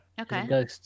Okay